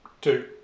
two